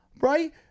right